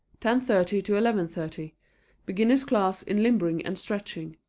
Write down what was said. ten thirty to eleven thirty beginners' class in limbering and stretching.